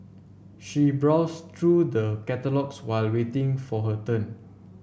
she browsed through the catalogues while waiting for her turn